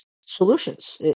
solutions